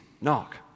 knock